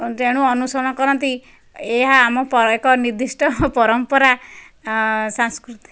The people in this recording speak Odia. ତେଣୁ ଅନୁସରଣ କରନ୍ତି ଏହା ଆମ ଏକ ନିର୍ଦ୍ଧିଷ୍ଟ ପରମ୍ପରା ସାଂସ୍କୃତିକ